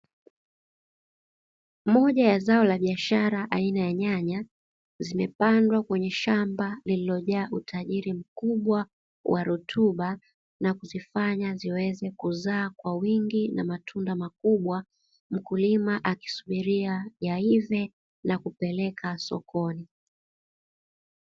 Moja ya zao la biashara, aina ya nyanya, zimepandwa kwenye shamba lililojaa utajiri mkubwa wa rutuba, na kuzifanya ziweze kuzaa kwa wingi na matunda makubwa, mkulima akisubiria yaive na kupeleka sokoni.